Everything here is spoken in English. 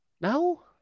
No